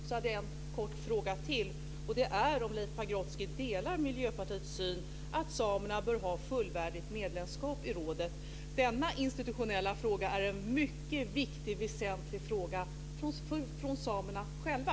Jag hade en kort fråga till. Det är om Leif Pagrotsky delar Miljöpartiets syn att samerna bör ha fullvärdigt medlemskap i rådet. Denna institutionella fråga är en mycket viktig och väsentlig fråga från samerna själva.